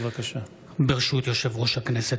ברשות יושב-ראש הכנסת,